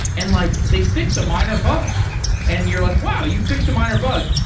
and like they fix a minor bug and you're like, wow! you fixed a minor bug.